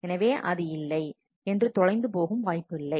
எனவே அது இல்லை என்று தொலைந்து போகும் வாய்ப்பு இல்லை